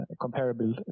comparable